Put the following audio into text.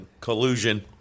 collusion